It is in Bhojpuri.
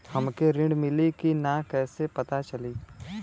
हमके ऋण मिली कि ना कैसे पता चली?